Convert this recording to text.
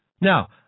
Now